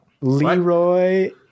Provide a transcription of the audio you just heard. Leroy